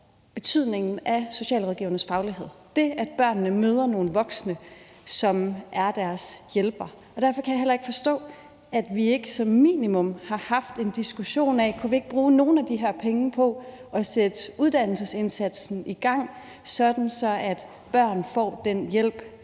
betydningen af socialrådgivernes faglighed, altså det, at børnene møder nogle voksne, som er deres hjælpere. Derfor kan jeg heller ikke forstå, at vi ikke som minimum har haft en diskussion af, om vi ikke kunne bruge nogle af de her penge på at sætte uddannelsesindsatsen i gang, sådan at børn får den hjælp,